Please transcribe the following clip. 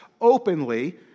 openly